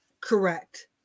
Correct